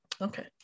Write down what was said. okay